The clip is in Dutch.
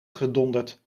gedonderd